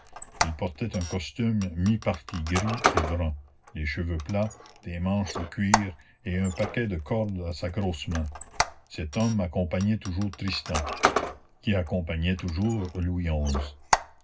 il portait un costume mi-parti gris et brun les cheveux plats des manches de cuir et un paquet de cordes à sa grosse main cet homme accompagnait toujours tristan qui accompagnait toujours louis